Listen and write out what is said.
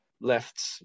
left